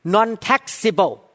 Non-taxable